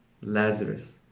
Lazarus